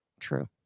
true